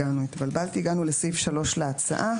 הגענו לסעיף 3 להצעה.